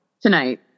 Tonight